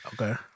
okay